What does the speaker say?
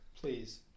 Please